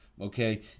okay